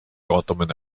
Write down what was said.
ottoman